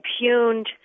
impugned